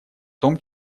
том